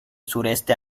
sureste